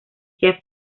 chef